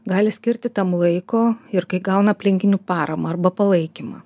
gali skirti tam laiko ir kai gauna aplinkinių paramą arba palaikymą